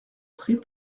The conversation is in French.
pris